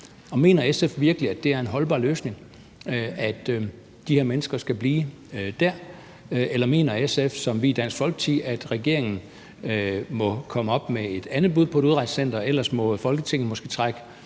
Mener SF virkelig, at det er en holdbar løsning, at de her mennesker skal blive der? Eller mener SF som os i Dansk Folkeparti, at regeringen må komme med et andet bud på et udrejsecenter, for ellers må Folketinget måske træde